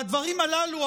והדברים הללו,